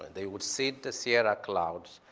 they would seed the sierra clouds,